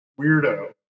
weirdo